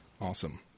Awesome